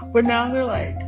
but now they're, like,